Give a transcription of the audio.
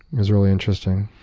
it was really interesting.